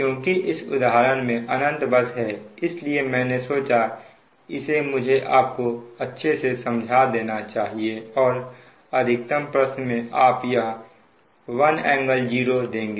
क्योंकि इस उदाहरण में अनंत बस है इसलिए मैंने सोचा इसे मुझे आपको अच्छे से समझा देना चाहिए और अधिकतम प्रश्न में आप यह 1∟0 देंगे